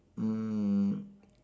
mm